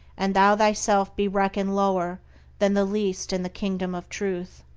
and thou thyself be reckoned lower than the least in the kingdom of truth!